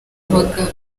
bagabo